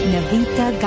Navita